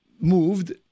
moved